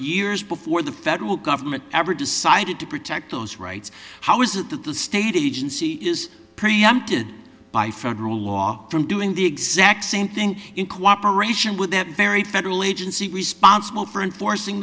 years before the federal government ever decided to protect those rights how is it that the state agency is preempted by federal law from doing the exact same thing in cooperation with that very federal agency responsible for enforcing